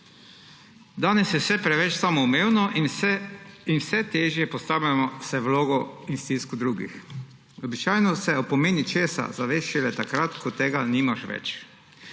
Danes je vse preveč samoumevno in vse težje se postavljamo v vlogo in stisko drugih. Običajno se pomena nečesa zaveš šele takrat, ko tega nimaš več.